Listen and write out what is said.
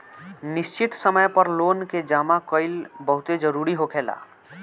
निश्चित समय पर लोन के जामा कईल बहुते जरूरी होखेला